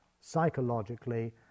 psychologically